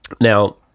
now